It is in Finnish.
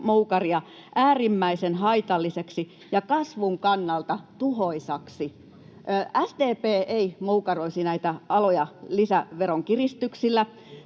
äärimmäisen haitalliseksi ja kasvun kannalta tuhoisaksi. SDP ei moukaroisi näitä aloja lisäveronkiristyksillä.